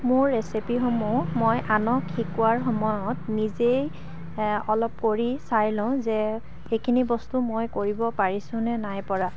মোৰ ৰেচিপিসমূহ আনক শিকোৱাৰ সময়ত নিজেই অলপ কৰি চাই লওঁ যে সেইখিনি বস্তু মই কৰিব পাৰিছোঁ নে নাই পৰা